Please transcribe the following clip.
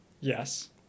yes